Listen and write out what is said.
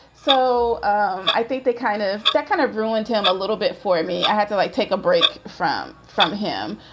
so um i think the kind of that kind of ruined him a little bit for me. i had to, like, take a break from from him.